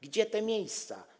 Gdzie te miejsca?